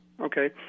Okay